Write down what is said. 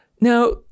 now